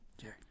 Jerry